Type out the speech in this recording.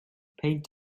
peint